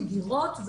בגירות,